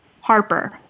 Harper